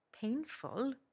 painful